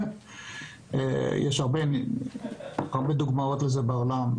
יש הרבה דוגמאות לזה בעולם,